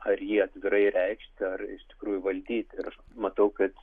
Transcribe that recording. ar jį atvirai reikšti ar iš tikrųjų valdyti ir aš matau kad